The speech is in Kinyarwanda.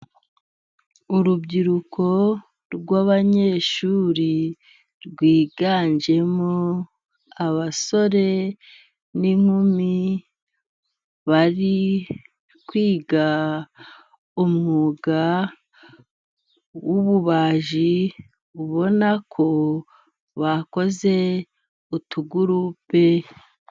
Urubyiruko rw'abanyeshuri rwiganjemo abasore n'inkumi bari kwiga umwuga w'ububaji ubona ko bakoze utugurupe.